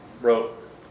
wrote